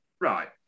right